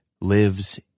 lives